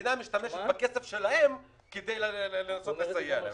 והמדינה משתמשת בכסף שלהם כדי לנסות לסייע להם.